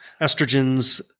estrogens